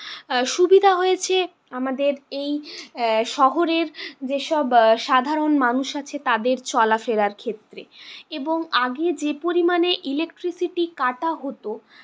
সুবিধা হয়েছে আমাদের এই শহরের যে সব সাধারণ মানুষ আছে তাদের চলাফেরার ক্ষেত্রে এবং আগে যে পরিমাণে ইলেকট্রিসিটি কাটা হতো